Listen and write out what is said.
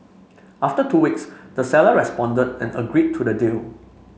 after two weeks the seller responded and agreed to the deal